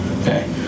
okay